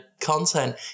content